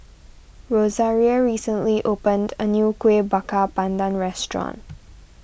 Rosaria recently opened a new Kueh Bakar Pandan restaurant